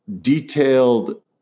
detailed